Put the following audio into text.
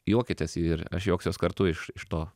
juokitės ir aš juoksiuos kartu iš iš to